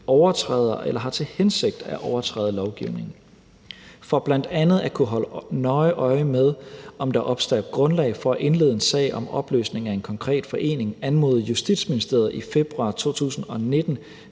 har til hensigt at overtræde lovgivningen. For bl.a. at kunne holde nøje øje med, om der opstår grundlag for at indlede en sag om opløsning af en konkret forening, anmodede Justitsministeriet i februar 2019